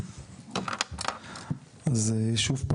אז שוב,